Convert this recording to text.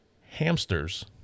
Hamsters